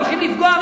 הולכים לפגוע,